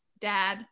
Dad